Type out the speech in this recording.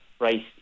right